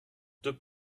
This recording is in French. deux